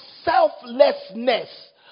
selflessness